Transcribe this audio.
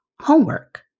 homework